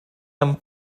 amb